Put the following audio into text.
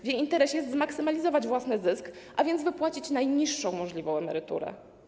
W jej interesie jest zmaksymalizować własny zysk, a więc wypłacić najniższą możliwą emeryturę.